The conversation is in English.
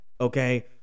okay